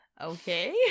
Okay